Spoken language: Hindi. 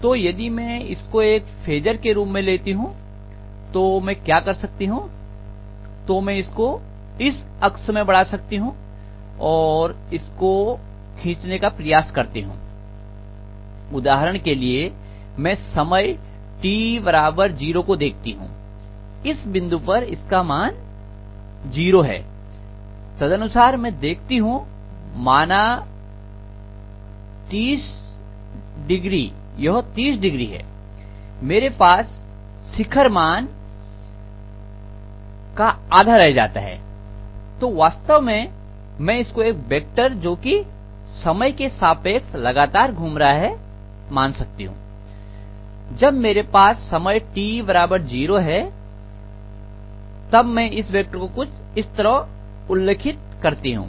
तो यदि में इसको एक फेजर के रूप में लेती हूं तो मैं क्या कर सकती हूं तो मैं इसको इस अक्ष में बढ़ा सकती हूं और इसको खींचने का प्रयास करती हूं उदाहरण के लिए मैं समय t 0 को देखती हूं इस बिंदु पर इसका मान 0 है तदनुसार में देखती हूं माना30O यह 30Oहै मेरे पास शिखर मान का आधा रह जाता है तो वास्तव में मैं इसको एक वेक्टर जो कि समय के सापेक्ष लगातार घूम रहा है मान सकती हूं जब मेरे पास समय t 0 है जब मैं इस वेक्टर को कुछ इस तरह उल्लिखित करती हूं